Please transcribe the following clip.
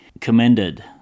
commended